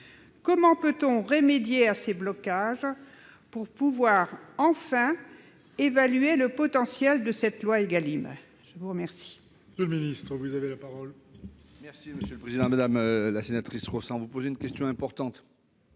Comment peut-on remédier à ces blocages pour pouvoir enfin évaluer le potentiel de cette loi Égalim ?